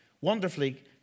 wonderfully